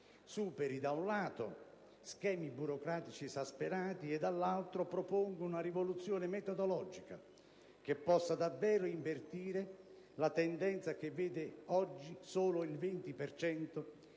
superi schemi burocratici esasperati e, dall'altro, proponga una rivoluzione metodologica che possa davvero invertire la tendenza per la quale oggi solo il 20